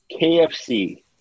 KFC